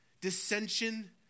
dissension